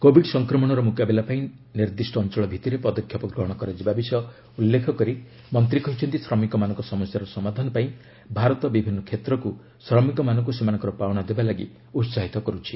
Covid ସଂକ୍ରମଣର ମୁକାବିଲା ପାଇଁ ନିର୍ଦ୍ଦିଷ୍ଟ ଅଞ୍ଚଳ ଭିତ୍ତିରେ ପଦକ୍ଷେପ ଗ୍ରହଣ କରାଯିବା ବିଷୟ ଉଲ୍ଲେଖ କରି ମନ୍ତ୍ରୀ କହିଛନ୍ତି ଶ୍ରମିକମାନଙ୍କ ସମସ୍ୟାର ସମାଧାନ ପାଇଁ ଭାରତ ବିଭିନ୍ନ କ୍ଷେତ୍ରକୁ ଶ୍ରମିକମାନଙ୍କୁ ସେମାନଙ୍କର ପାଉଣା ଦେବାଲାଗି ଉତ୍କାହିତ କରୁଛି